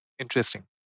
Interesting